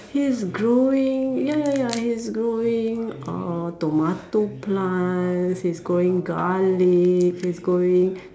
he's growing ya ya ya he's growing uh tomato plants he's growing garlic he's growing